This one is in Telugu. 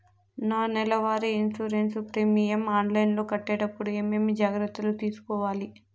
నా నెల వారి ఇన్సూరెన్సు ప్రీమియం ఆన్లైన్లో కట్టేటప్పుడు ఏమేమి జాగ్రత్త లు తీసుకోవాలి?